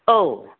औ